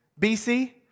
BC